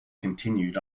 continued